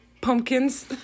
Pumpkins